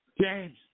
James